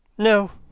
no.